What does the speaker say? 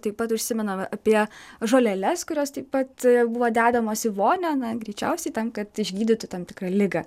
taip pat užsimenama apie žoleles kurios taip pat buvo dedamos į vonią na greičiausiai tam kad išgydyti tam tikrą ligą